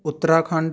Uttarakhand